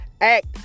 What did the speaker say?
act